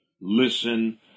Listen